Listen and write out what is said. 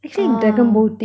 ah